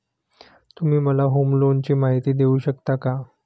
तुम्ही मला होम लोनची माहिती देऊ शकता का?